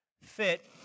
fit